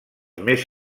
més